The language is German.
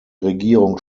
regierung